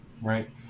Right